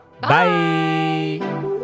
Bye